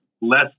less